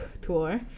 tour